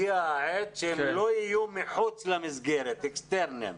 הגיעה העת שהם לא יהיו מחוץ למסגרת, אקסטרניים.